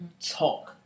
Talk